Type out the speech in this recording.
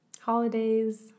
Holidays